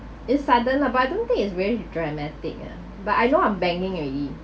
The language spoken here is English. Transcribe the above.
is sudden lah but I don't think it's very dramatic ah but I know I'm banging already